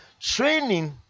training